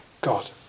God